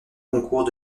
concours